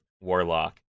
warlock